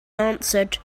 answered